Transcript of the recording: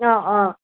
অঁ অঁ